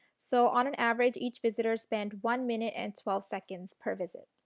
so, on and average each visitor spent one minute and twelve seconds per visit.